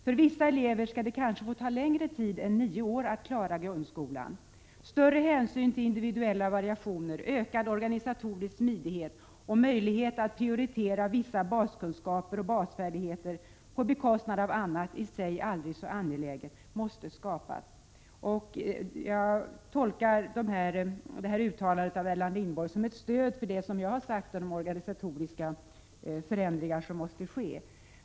För vissa elever ska det kanske få ta längre tid än nio år att klara grundskolan. Större hänsyn till individuella variationer, ökad organisatorisk smidighet och möjligheter att prioritera vissa beskunskaper och basfärdigheter på bekostnad av annat, i sig aldrig så angeläget, måste skapas.” Jag tolkar detta uttalande av Erland Ringborg som ett stöd för det jag har sagt om de organisatoriska förändringar som måste ske.